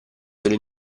delle